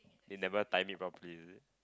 they never time it properly is it